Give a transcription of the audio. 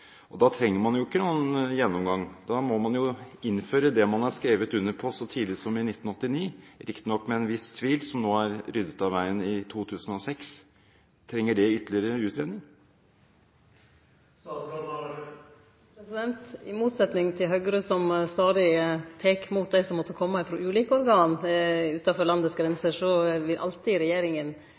Da trenger man jo ikke noen gjennomgang. Da må man innføre det man har skrevet under på så tidlig som i 1989 – riktignok med en viss tvil, som nå er ryddet av veien i 2006. Trenger det ytterligere utredning? I motsetnad til Høgre, som stadig tek imot det som måtte kome frå ulike organ utafor landets grenser, vil regjeringa alltid